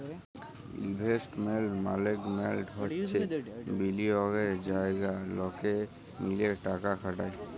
investment management হচ্যে বিলিয়গের জায়গা লকে মিলে টাকা খাটায়